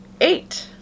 eight